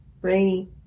Rainy